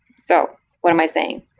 so what i saying?